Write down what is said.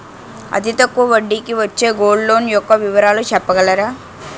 అతి తక్కువ వడ్డీ కి వచ్చే గోల్డ్ లోన్ యెక్క వివరాలు చెప్పగలరా?